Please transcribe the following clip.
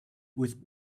with